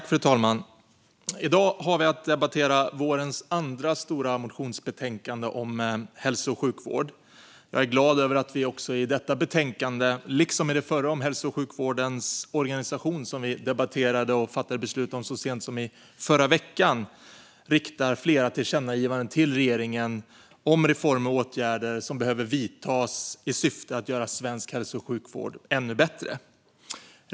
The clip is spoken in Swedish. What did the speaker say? Fru talman! I dag har vi att debattera vårens andra stora motionsbetänkande om hälso och sjukvård. Jag är glad över att vi också i detta betänkande, liksom i det förra om hälso och sjukvårdens organisation som vi debatterade och fattade beslut om så sent som i förra veckan, riktar flera tillkännagivanden till regeringen om reformer och åtgärder som behöver vidtas i syfte att göra svensk hälso och sjukvård ännu bättre.